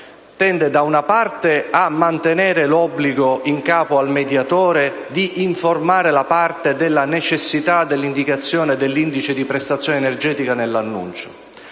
tende, da una parte, a mantenere l’obbligo in capo al mediatore di informare la parte della necessita dell’indicazione dell’indice di prestazione energetica nell’annuncio.